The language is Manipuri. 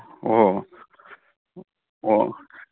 ꯑꯣ ꯑꯣ